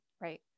Right